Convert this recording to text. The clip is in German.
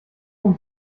und